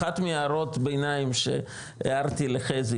אחת מהערות ביניים שהערתי לחזי,